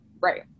right